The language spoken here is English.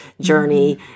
journey